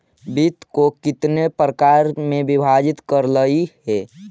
वित्त को कितने प्रकार में विभाजित करलइ हे